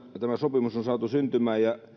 sopimus on saatu syntymään ja